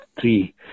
three